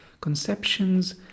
conceptions